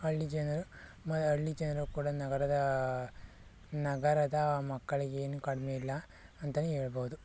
ಹಳ್ಳಿ ಜನರು ಹಳ್ಳಿ ಜನರು ಕೂಡ ನಗರದ ನಗರದ ಮಕ್ಕಳಿಗೇನು ಕಡಿಮೆ ಇಲ್ಲ ಅಂತನೇ ಹೇಳ್ಬೋದು